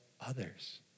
others